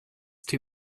too